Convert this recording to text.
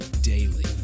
daily